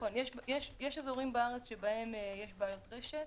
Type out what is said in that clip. נכון, יש אזורים בארץ שבהם יש בעיות רשת.